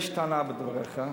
יש טענה בדבריך,